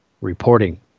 reporting